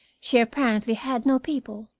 she apparently had no people.